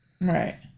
Right